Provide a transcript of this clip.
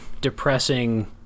depressing